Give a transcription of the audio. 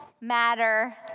matter